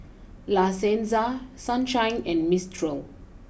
La Senza Sunshine and Mistral